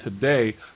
today